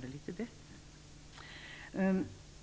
det litet bättre.